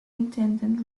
intended